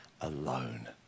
alone